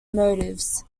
motives